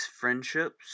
friendships